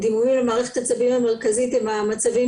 דימומים במערכת העצבים המרכזית הם המצבים